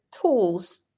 tools